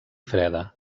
freda